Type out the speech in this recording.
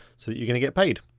so you're gonna get paid.